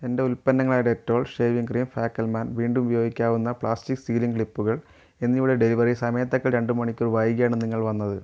എന്റെ ഉൽപ്പന്നങ്ങളായ Dettol shaving cream ഫാക്കൽമാൻ വീണ്ടും ഉപയോഗിക്കാവുന്ന പ്ലാസ്റ്റിക് സീലിംഗ് ക്ലിപ്പുകൾ എന്നിവയുടെ ഡെലിവറി സമയത്തേക്കാൾ രണ്ട് മണിക്കൂർ വൈകിയാണ് നിങ്ങൾ വന്നത്